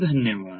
धन्यवाद